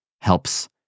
helps